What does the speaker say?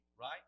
right